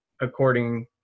according